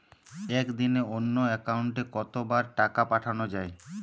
একদিনে অন্য একাউন্টে কত বার টাকা পাঠানো য়ায়?